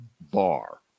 bar